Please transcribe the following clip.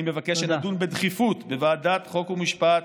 אני מבקש שנדון בדחיפות בוועדת החוקה, חוק ומשפט,